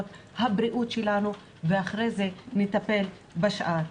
הבריאות שלנו בראשית ואחרי זה נטפל בשאר.